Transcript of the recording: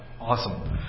awesome